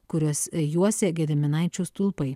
kuriuos juosė gediminaičių stulpai